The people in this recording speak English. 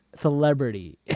celebrity